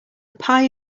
pie